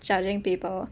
judging people